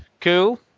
Cool